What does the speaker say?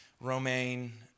romaine